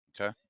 Okay